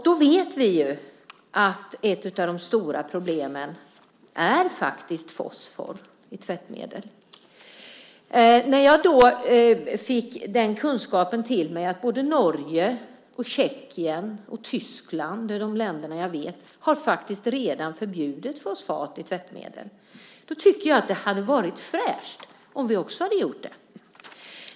Vi vet att ett av de stora problemen faktiskt är fosfor i tvättmedel. När jag nu har fått kunskapen om att både Norge, Tjeckien och Tyskland redan har förbjudit fosfat i tvättmedel tycker jag att det vore fräscht om vi också gjorde så.